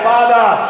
Father